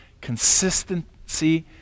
consistency